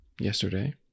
yesterday